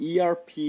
ERP